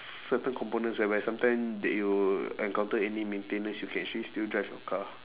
certain components whereby sometime that you'll encounter any maintenance you can actually still drive your car